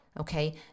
Okay